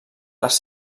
les